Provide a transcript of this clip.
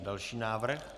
Další návrh.